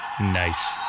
Nice